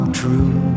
true